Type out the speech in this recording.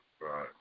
Right